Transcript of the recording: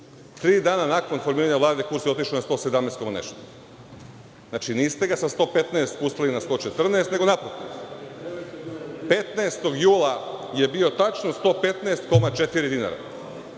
dana nakon formiranje Vlade, kurs je otišao na 117 zarez nešto. Znači, niste ga sa 115 spustili na 114, nego naprotiv. Petnaestog jula je bilo tačno 115,4 dinara.